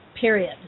period